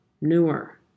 newer